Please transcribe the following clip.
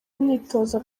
imyitozo